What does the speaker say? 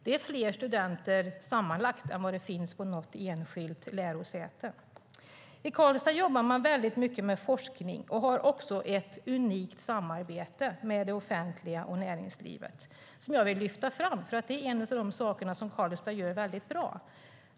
Det är fler studenter än det finns på något enskilt lärosäte. I Karlstad jobbar man mycket med forskning. Man har också ett unikt samarbete med det offentliga och näringslivet som jag vill lyfta fram eftersom det är en av de saker som Karlstad gör mycket bra.